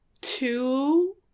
two